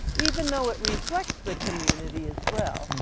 even though it reflects the community as well.